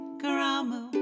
karamu